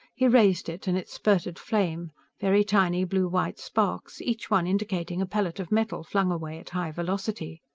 he raised it, and it spurted flame very tiny blue-white sparks, each one indicating a pellet of metal flung away at high velocity.